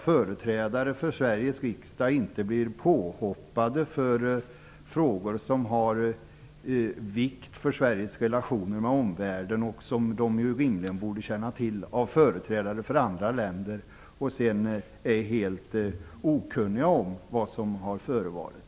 Företrädare för Sveriges riksdag skall inte behöva bli påhoppade av företrädare för andra länder i frågor som har vikt för Sveriges relationer med omvärlden, som de ju rimligen borde känna till, och vara helt okunniga om vad som har förevarit.